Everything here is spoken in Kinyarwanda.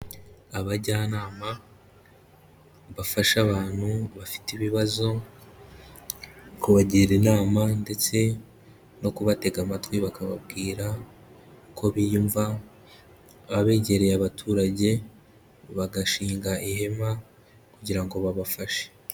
Abajyanama bafasha abantu bafite ibibazo kubagira inama ndetse no kubatega amatwi bakababwira ko biyumva, baba begereye abaturage bagashinga ihema kugira ngo babafashe.